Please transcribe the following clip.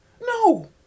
No